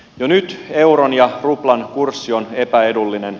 jo nyt euron ja ruplan kurssi on epäedullinen